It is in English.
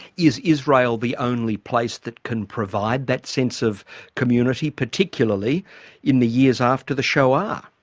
is israel the only place that can provide that sense of community, particularly in the years after the shoah?